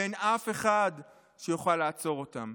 ואין אף אחד שיוכל לעצור אותם.